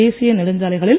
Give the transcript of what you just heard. தேசிய நெடுஞ்சாலைகளில்